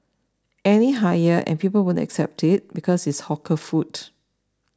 any higher and people won't accept it because it's hawker food